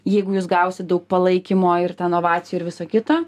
jeigu jūs gausit daug palaikymo ir ten ovacijų ir viso kito